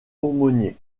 aumônier